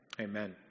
amen